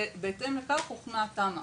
ובהתאם לכך הוכנה תמ"א.